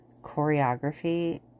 choreography